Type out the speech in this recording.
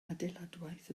adeiladwaith